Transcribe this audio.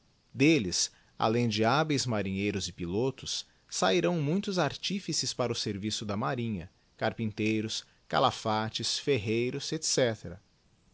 d'elles além de hábeis marinheiros e pilotos sahirão muitos artífices para o serviço da marinha carpinteiros calafates ferreiros